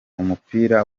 umupira